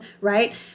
right